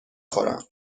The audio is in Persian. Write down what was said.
خورم